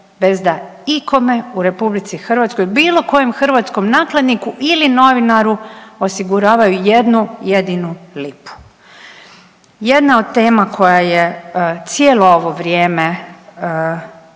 bez da ikome u RH bilo kojem hrvatskom nakladniku ili novinaru osiguravaju jednu jedinu lipu. Jedna od tema koja je cijelo ovo vrijeme